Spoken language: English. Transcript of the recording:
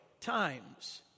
times